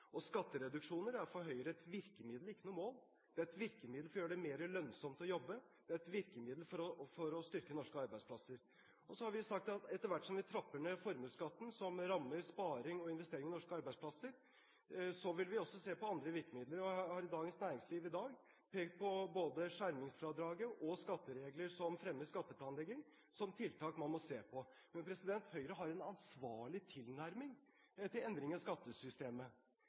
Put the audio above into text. bånn. Skattereduksjoner er for Høyre et virkemiddel – ikke noe mål. Det er et virkemiddel for å gjøre det mer lønnsomt å jobbe, og det er et virkemiddel for å styrke norske arbeidsplasser. Så har vi sagt at etter hvert som vi trapper ned formuesskatten, som rammer sparing og investering i norske arbeidsplasser, vil vi også se på andre virkemidler. I Dagens Næringsliv i dag har jeg pekt på både skjermingsfradraget og skatteregler som fremmer skatteplanlegging, som tiltak man må se på. Høyre har en ansvarlig tilnærming til endring av skattesystemet.